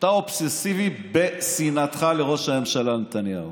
אתה אובססיבי בשנאתך לראש הממשלה נתניהו.